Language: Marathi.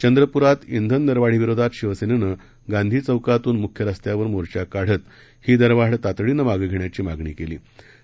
चंद्रपुरात इंधन दरवाढीविरोधात शिवसेनेनं गांधी चौकातून मुख्य रस्त्यांवर मोर्चा काढत ही दरवाढ तातडीनं मागे घेण्याची मागणी शिवसैनिकांनी केली